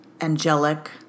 angelic